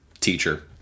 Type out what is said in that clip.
teacher